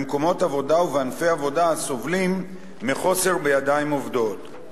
במקומות עבודה ובענפי עבודה הסובלים מחוסר בידיים עובדות.